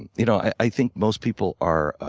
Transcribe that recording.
and you know, i think most people are